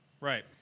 Right